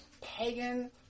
pagan